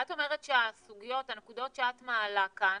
את אומרת שהנקודות שאת מעלה כאן,